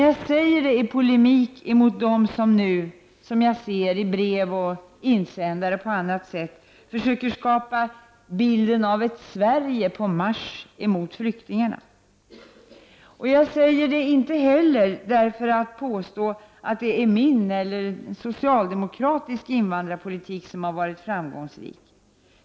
Jag säger det i polemik mot dem som nu i brev, insändare eller på annat sätt försöker skapa bilden av ett Sverige på marsch mot flyktingarna. Jag säger det inte heller för att påstå att det är min eller socialdemokratisk invandrarpolitik som har varit framgångsrik.